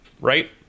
Right